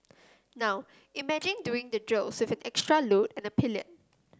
now imagine doing the drills with an extra load and a pillion